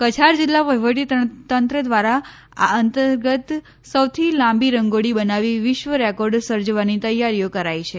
કછાર જિલ્લા વહીવટીતંત્ર દ્વારા આ અંતર્ગત સૌથી લાંબી રંગોળી બનાવી વિશ્વ રેકોર્ડ સર્જવાની તૈયારીઓ કરાઈ છે